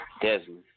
Desmond